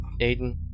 Aiden